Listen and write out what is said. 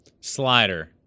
slider